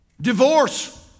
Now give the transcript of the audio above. divorce